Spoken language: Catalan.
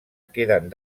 queden